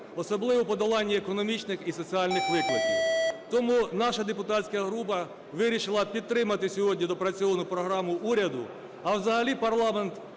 особливо у подоланні економічних і соціальних викликів. Тому наша депутатська група вирішила підтримати сьогодні доопрацьовану програму уряду. А взагалі парламент